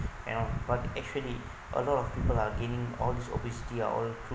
and on but actually a lot of people are getting all these obesity are all food